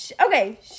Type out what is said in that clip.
okay